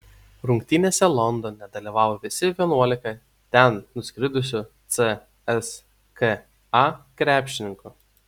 rungtynėse londone dalyvavo visi vienuolika ten nuskridusių cska krepšininkų